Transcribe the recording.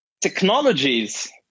technologies